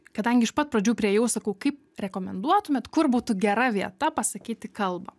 kadangi iš pat pradžių priėjau sakau kaip rekomenduotumėt kur būtų gera vieta pasakyti kalbą